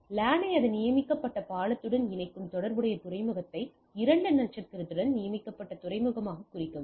எனவே லானை அதன் நியமிக்கப்பட்ட பாலத்துடன் இணைக்கும் தொடர்புடைய துறைமுகத்தை இரண்டு நட்சத்திரத்துடன் நியமிக்கப்பட்ட துறைமுகமாகக் குறிக்கவும்